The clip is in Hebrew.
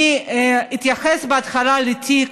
אני אתייחס בהתחלה לתיק